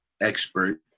expert